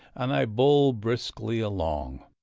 and i bowl briskly along.